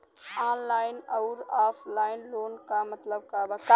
Online अउर offline loan क मतलब का बा?